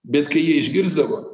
bet kai jie išgirsdavo